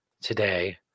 today